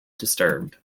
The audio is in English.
disturbed